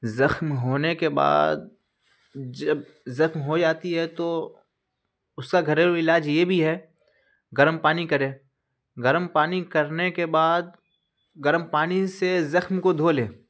زخم ہونے کے بعد جب زخم ہو جاتی ہے تو اس کا گھریلو علاج یہ بھی ہے گرم پانی کرے گرم پانی کرنے کے بعد گرم پانی سے زخم کو دھو لے